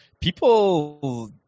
People